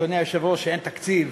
אדוני היושב-ראש, שאין תקציב.